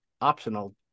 optional